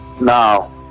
Now